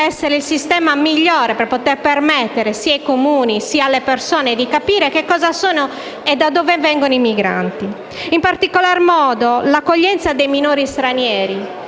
essere il modo migliore per permettere, sia ai Comuni che alle persone, di capire chi sono e da dove vengono i migranti e, in particolar modo, l'accoglienza dei minori stranieri.